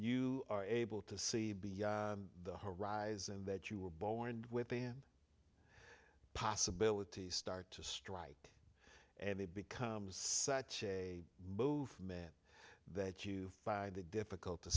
you are able to see beyond the horizon that you were born within the possibilities start to strike and it becomes such a movement that you find it difficult to